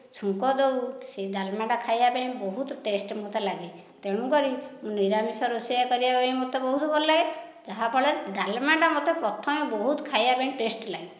ଛୁଙ୍କ ଦେଉ ସେ ଡାଲମାଟା ଖାଇବା ପାଇଁ ବହୁତ ଟେଷ୍ଟ ମୋତେ ଲାଗେ ତେଣୁ କରି ମୁଁ ନିରାମିଷ ରୋଷେଇ କରିବାପାଇଁ ମୋତେ ବହୁତ ଭଲ ଲାଗେ ମୋତେ ଯାହା ଫଳରେ ଡାଲମାଟା ମୋତେ ପ୍ରଥମେ ବହୁତ ଖାଇବା ପାଇଁ ଟେଷ୍ଟ ଲାଗେ